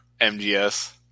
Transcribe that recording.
MGS